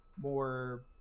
more